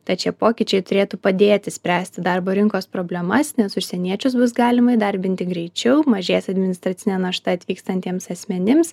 tad šie pokyčiai turėtų padėti spręsti darbo rinkos problemas nes užsieniečius bus galima įdarbinti greičiau mažės administracinė našta atvykstantiems asmenims